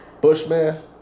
Bushman